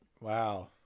Wow